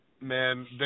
Man